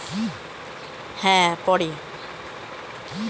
ব্যবসার সব প্রভাব বাজারে পড়ে